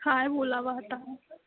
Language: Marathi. काय बोलावं आता